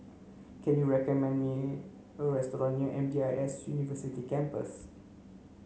can you recommend me a restaurant near M D I S University Campus